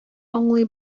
аңлый